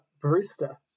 Brewster